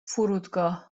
فرودگاه